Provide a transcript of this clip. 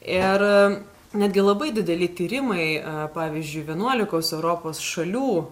ir netgi labai dideli tyrimai pavyzdžiui vienuolikos europos šalių